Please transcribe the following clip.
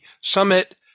summit